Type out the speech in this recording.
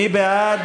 מי בעד?